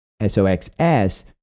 SOXS